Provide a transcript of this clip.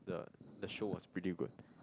the the show was pretty good